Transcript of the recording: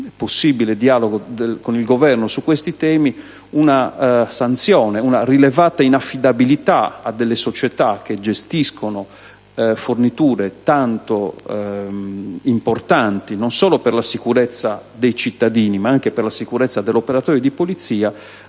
di possibile dialogo con il Governo su questi temi, una sanzione. Una rilevata inaffidabilità delle società che gestiscono forniture tanto importanti, non solo per la sicurezza dei cittadini, ma anche per la sicurezza dell'operatore di polizia,